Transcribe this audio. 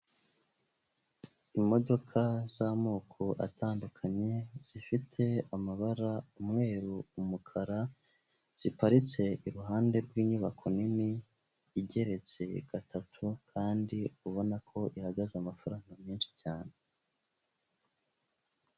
Imodoka z'amoko atandukanye zifite amabara umweru, umukara ziparitse iruhande rw'inyubako nini, igeretse gatatu kandi ubona ko ihagaze amafaranga menshi cyane.